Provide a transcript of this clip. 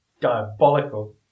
diabolical